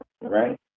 Right